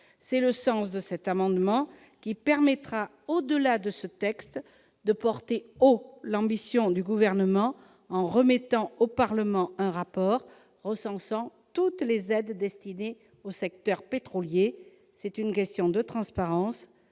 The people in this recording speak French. est le sens de cet amendement, dont l'adoption permettra de porter haut l'ambition du Gouvernement, qui remettra au Parlement un rapport recensant toutes les aides destinées au secteur pétrolier. C'est une question de transparence.